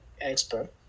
expert